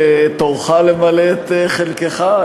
תורך למלא את חלקך,